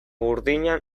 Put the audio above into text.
burdina